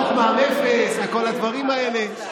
חוק מע"מ אפס וכל הדברים האלה,